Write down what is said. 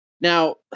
Now